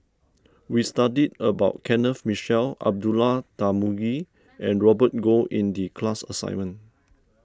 we studied about Kenneth Mitchell Abdullah Tarmugi and Robert Goh in the class assignment